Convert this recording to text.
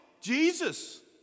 Jesus